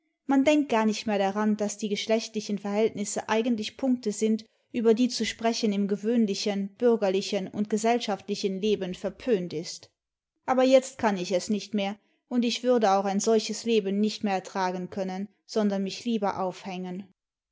man denkt gar nicht mehr daran daß die geschlechtlichen verhältnisse eigentlich punkte sind über die zu sprechen im gewöhnlichen bürgerlichen und gesellschaftlichen leben verpönt ist aber jetzt kann ich es nicht mehr und ich würde auch ein solches leben nicht mehr ertragen können sondern mich lieber aufhängen